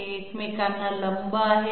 ते एकमेकांना लंब आहेत